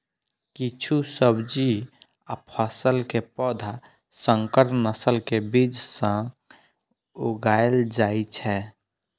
किछु सब्जी आ फसल के पौधा संकर नस्ल के बीज सं उगाएल जाइ छै